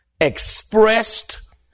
expressed